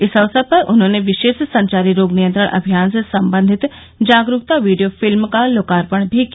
इस अवसर पर उन्होंने विशेष संचारी रोग नियंत्रण अभियान से सम्बन्धित जागरूकता वीडियो फिल्म का लोकार्पण भी किया